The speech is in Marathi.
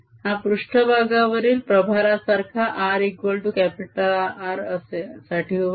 हा पृष्ट्भागावरील प्रभारासारखा rR साठी होईल